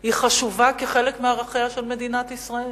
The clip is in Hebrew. היא חשובה כחלק מערכיה של מדינת ישראל.